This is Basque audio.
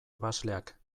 ebasleak